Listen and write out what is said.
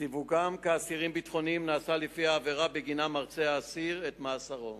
סיווגם כאסירים ביטחוניים נעשה לפי העבירה שבגינה מרצה האסיר את מאסרו.